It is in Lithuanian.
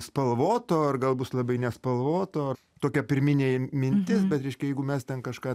spalvoto ar gal bus labai nespalvoto tokia pirminė mintis bei reiškia jeigu mes ten kažką